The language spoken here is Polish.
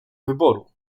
wyboru